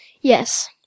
Yes